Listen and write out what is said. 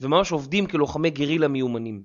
וממש עובדים כלוחמי גרילה מיומנים